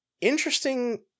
interesting